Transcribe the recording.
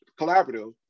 collaborative